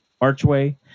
archway